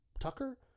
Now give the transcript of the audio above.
Tucker